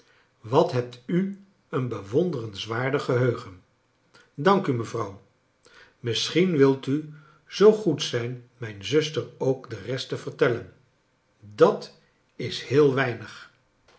wat hebt u een bewonderenswaardig geheugen dank u mevrouw misschien wilt u wel zoo goed zijn mijn zuster ook de rest te vertellen dat is heel weinig